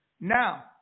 now